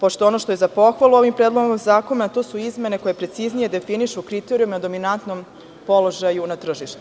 pošto je ono što je za pohvalu ovim predlogom zakona, to su izmene koje preciznije definišu kriterijume o dominantnom položaju na tržištu.